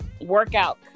workout